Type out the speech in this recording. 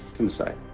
come inside.